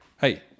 Hey